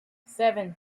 seven